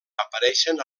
apareixen